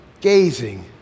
gazing